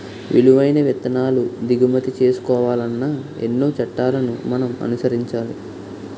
విలువైన విత్తనాలు దిగుమతి చేసుకోవాలన్నా ఎన్నో చట్టాలను మనం అనుసరించాలి